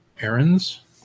errands